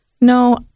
No